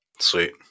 Sweet